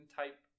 type